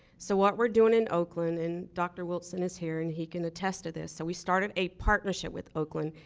so what we're doing in oakland and dr. wilson is here and he can attest to this, so we started a partnership with oakland,